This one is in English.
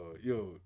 Yo